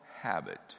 habit